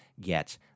get